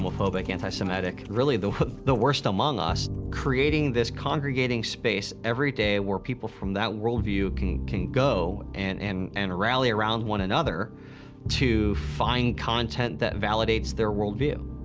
homophobic, anti-semitic really, the the worst among us. creating this congregating space every day, where people from that worldview can can go and and and rally around one another to find content that validates their worldview.